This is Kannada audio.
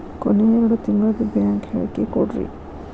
ಕೊನೆ ಎರಡು ತಿಂಗಳದು ಬ್ಯಾಂಕ್ ಹೇಳಕಿ ಕೊಡ್ರಿ